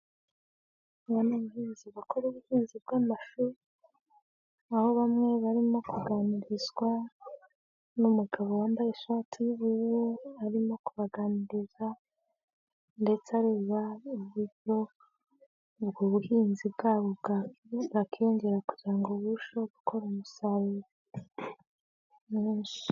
Abantu bakora ubuhinzi bw'amashu aho bamwe barimo kuganirizwa n'umugabo wambaye ishati y'ubururu arimo kubaganiriza ndetse areba uburyo ubwo buhinzi bwabo bwakiyongera kugirango ngo burusheho gukora umusaruro mwinshi.